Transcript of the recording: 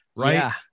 Right